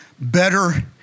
better